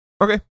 Okay